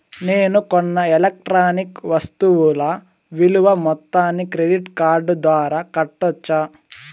నేను కొన్న ఎలక్ట్రానిక్ వస్తువుల విలువ మొత్తాన్ని క్రెడిట్ కార్డు ద్వారా కట్టొచ్చా?